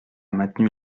maintenu